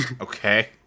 okay